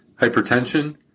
hypertension